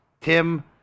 Tim